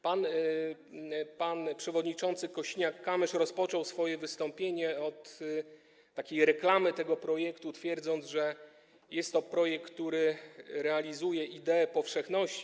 Pan przewodniczący Kosiniak-Kamysz rozpoczął swoje wystąpienie od takiej reklamy tego projektu, twierdząc, że jest to projekt, który realizuje ideę powszechności.